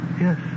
Yes